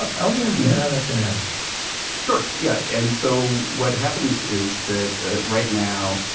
ah help me understand how that's going to happen sure, yeah. and so what happens is that right now,